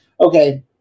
Okay